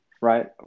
right